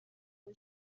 его